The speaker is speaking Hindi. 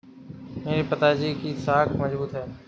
मेरे पिताजी की साख मजबूत है